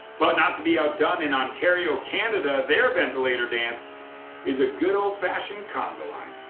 but not to be outdone, in ontario, canada, their ventilator dance is a good old-fashioned conga line.